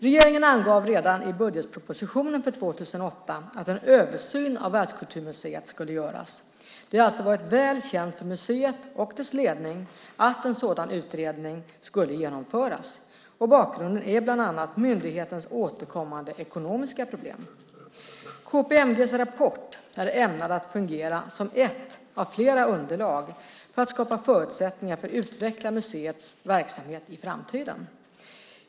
Regeringen angav redan i budgetpropositionen för 2008 att en översyn av Världskulturmuseet skulle göras. Det har alltså varit väl känt för museet och dess ledning att en sådan utredning skulle genomföras. Bakgrunden är bland annat myndighetens återkommande ekonomiska problem. KPMG:s rapport är ämnad att fungera som ett av flera underlag för att skapa förutsättningar för att utveckla museets verksamhet i framtiden.